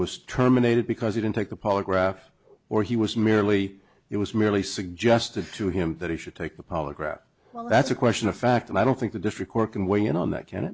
was terminated because he didn't take a polygraph or he was merely it was merely suggested to him that he should take the polygraph well that's a question of fact and i don't think the district court in weighing in on that can